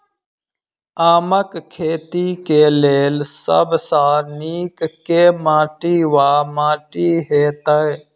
आमक खेती केँ लेल सब सऽ नीक केँ माटि वा माटि हेतै?